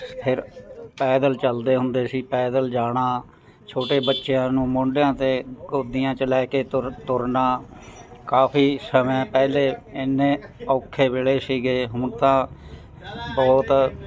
ਫੇਰ ਪੈਦਲ ਚੱਲਦੇ ਹੁੰਦੇ ਸੀ ਪੈਦਲ ਜਾਣਾ ਛੋਟੇ ਬੱਚਿਆਂ ਨੂੰ ਮੋਢਿਆਂ 'ਤੇ ਗੋਦੀਆਂ 'ਚ ਲੈ ਕੇ ਤੁਰ ਤੁਰਨਾ ਕਾਫ਼ੀ ਸਮੇਂ ਪਹਿਲੇ ਐਨੇ ਔਖੇ ਵੇਲੇ ਸੀਗੇ ਹੁਣ ਤਾਂ ਬਹੁਤ